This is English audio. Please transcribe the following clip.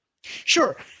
Sure